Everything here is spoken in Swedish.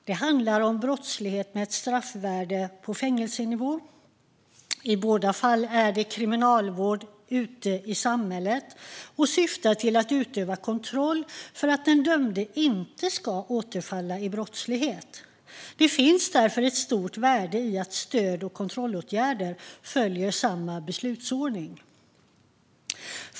Det handlar om brottslighet med ett straffvärde på fängelsenivå, och i båda fallen är det kriminalvård ute i samhället som syftar till att utöva kontroll för att den dömde inte ska återfalla i brottslighet. Det finns därför ett stort värde i att stöd och kontrollåtgärder följer samma beslutsordning.